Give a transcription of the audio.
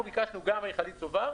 אנחנו ביקשנו גם מיכלית צובר,